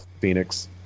Phoenix